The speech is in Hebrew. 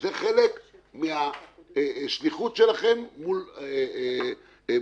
זה חלק מהשליחות שלכם מול הלקוח.